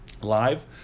live